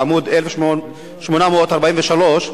בעמוד 843,